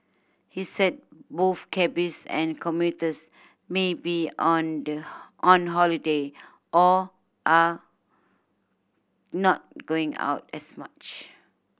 he said both cabbies and commuters may be under on holiday or are not going out as much